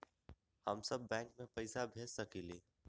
हम सब बैंक में पैसा भेज सकली ह?